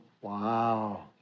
Wow